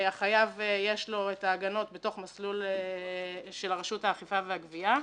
שלחייב יש את ההגנות בתוך מסלול של רשות האכיפה והגבייה.